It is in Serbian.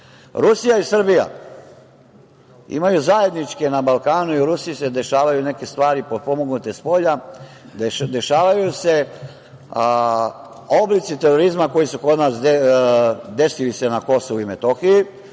i Srbija imaju zajedničke, na Balkanu i u Rusiji se dešavaju neke stvari potpomognute spolja, dešavaju se oblici terorizma koji su se kod nas desili na Kosovu i Metohiji,